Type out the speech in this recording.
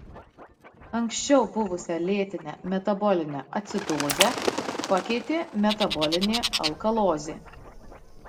anksčiau buvusią lėtinę metabolinę acidozę pakeitė metabolinė alkalozė